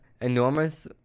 enormous